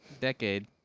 decade